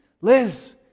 Liz